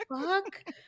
fuck